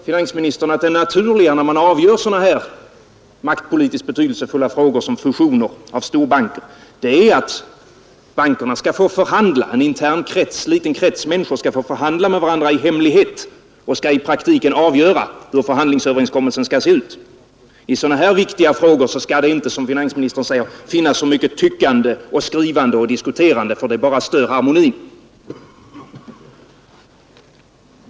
Finansministern säger att det naturliga när maktpolitiskt så betydelsefulla frågor som fusioner mellan storbanker avgörs är att bankerna — en liten intern krets människor — får förhandla med varandra i hemlighet och i praktiken avgöra hur förhandlingsöverenskommelsen skall se ut. I så viktiga frågor skall det inte, säger finansministern, finnas så mycket tyckande, skrivande och diskuterande — det bara stör harmonin.